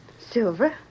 Silver